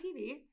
TV